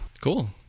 Cool